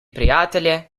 prijatelje